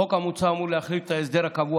החוק המוצע אמור להחליף את ההסדר הקבוע